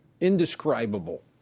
indescribable